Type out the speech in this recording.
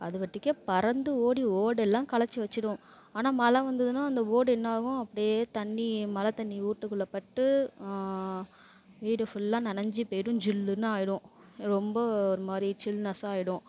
அது பாட்டுக்கு பறந்து ஓடி ஓடெல்லாம் கலத்து வச்சிடும் ஆனால் மழை வந்துதுன்னா அந்த ஓடு என்னாகும் அப்டி தண்ணி மழை தண்ணி வீட்டுக்குள்ள பட்டு வீடு ஃபுல்லாக நனஞ்சி போயிடும் ஜில்லுன்னு ஆகிரும் ரொம்ப ஒரு மாதிரி சில்னஸ்ஸாகிடும்